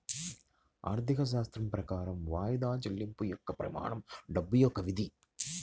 ఆర్థికశాస్త్రం ప్రకారం వాయిదా చెల్లింపు యొక్క ప్రమాణం డబ్బు యొక్క విధి